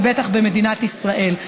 ובטח במדינת ישראל.